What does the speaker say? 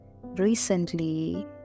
Recently